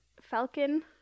Falcon